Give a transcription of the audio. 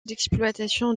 d’exploitation